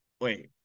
wait